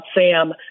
Sam